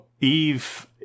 Eve